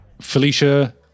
Felicia